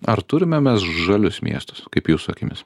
ar turime mes žalius miestus kaip jūsų akimis